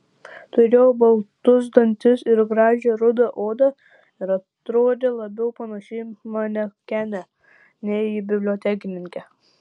turėjo baltus dantis ir gražią rudą odą ir atrodė labiau panaši į manekenę nei į bibliotekininkę